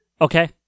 Okay